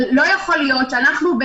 אבל לא יכול להיות שאנחנו,